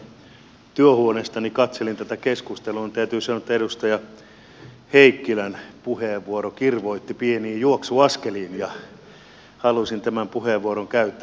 kun tuolta työhuoneestani katselin tätä keskustelua niin täytyy sanoa että edustaja heikkilän puheenvuoro kirvoitti pieniin juoksuaskeliin ja halusin tämän puheenvuoron käyttää